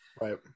Right